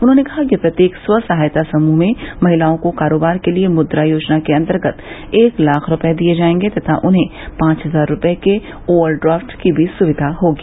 उन्होंने कहा कि प्रत्येक स्व सहायता समूह में महिलाओं को कारोबार के लिए मुद्रा योजना के अन्तर्गत एक लाख रूपये दिये जायेंगे तथा उन्हें पांच हजार रूपये के ओवर ड्राफ्ट की भी सुविधा होगी